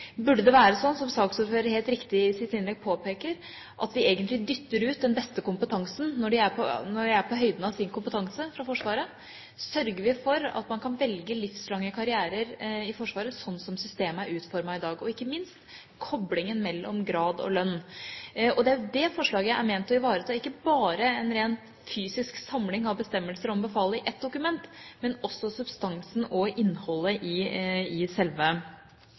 Burde det være sånn, som saksordføreren helt riktig i sitt innlegg påpeker, at vi egentlig dytter ut den beste kompetansen – når de er på høyden av sin kompetanse – fra Forsvaret? Sørger vi for at man kan velge livslange karrierer i Forsvaret, sånn som systemet er utformet i dag? Ikke minst handler dette om koblingen mellom grad og lønn. Det er jo det forslaget er ment å ivareta, ikke bare en ren fysisk samling av bestemmelser om befalet i ett dokument, men også substansen og innholdet i selve befalsordningen. Det er jo også sånn, med bakgrunn i